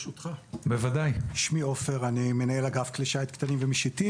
אני מנהל אגף כלי שיט קטנים ומשיטים